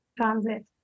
transit